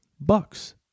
bucks